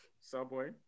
Subway